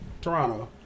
Toronto